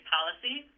Policy